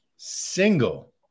single